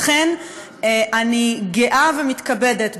לכן אני גאה ומתכבדת,